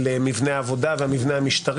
אני לא רואה בזה שום קשר למבנה העבודה והמבנה המשטרי,